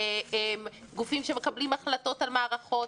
גופים שמקבלים החלטות על מערכות.